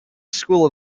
school